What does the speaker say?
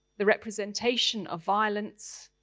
the representation of violence,